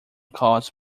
cause